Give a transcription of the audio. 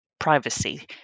privacy